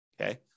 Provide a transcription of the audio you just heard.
okay